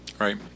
Right